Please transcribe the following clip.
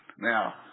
Now